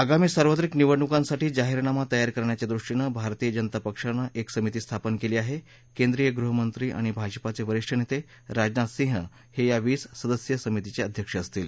आगामी सार्वत्रिक निवडणुकांसाठी जाहीरनामा तयार करण्याच्या दृष्टीनं भारतीय जनता पक्षानं एक समिती स्थापन केली आहे केंद्रीय गृहमंत्री आणि भाजपाचे वरिष्ठ नेते राजनाथ सिंह हे या वीस सदस्यीय समितीचे अध्यक्ष असतील